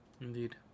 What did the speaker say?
Indeed